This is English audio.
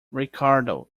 ricardo